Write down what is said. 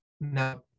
Now